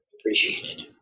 appreciated